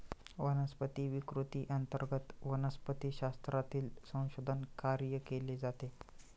वनस्पती विकृती अंतर्गत वनस्पतिशास्त्रातील संशोधन कार्य केले जाते